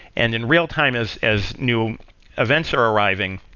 and in real time as as new events are arriving,